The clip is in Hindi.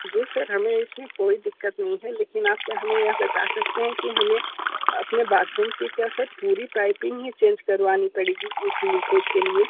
जी सर हमें इस में कोई दिक्कत नहीं है लेकिन आप क्या हमें यह बता सकते हैं कि हमें अपने बाथरूम की क्या सर पूरी पाइपिंग ही चेंज करवानी पड़ेंगी एक लीकेज़ के लिए